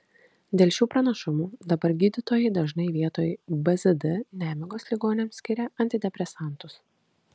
dėl šių pranašumų dabar gydytojai dažnai vietoj bzd nemigos ligoniams skiria antidepresantus